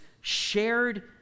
shared